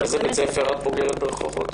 באיזה בית ספר למדת ברחובות?